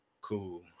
cool